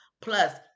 plus